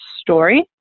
story